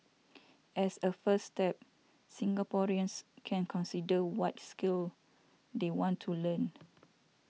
as a first step Singaporeans can consider what skills they want to learn